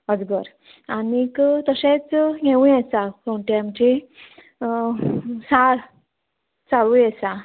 अजगर आनीक तशेंच हेंवूय आसा कोण तें आमचें साळ साळूय आसा